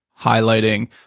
highlighting